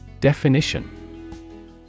Definition